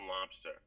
Lobster